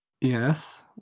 yes